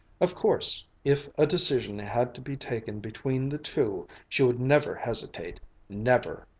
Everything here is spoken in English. of course, if a decision had to be taken between the two, she would never hesitate never!